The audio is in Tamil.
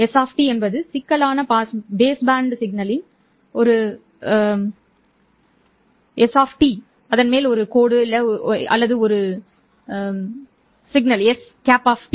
எனவே s என்பது சிக்கலான பேஸ்பேண்ட் சமிக்ஞையின் t இன் பட்டை அல்லது t இன் s இன் s bar of t or s of t